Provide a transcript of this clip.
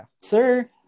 Sir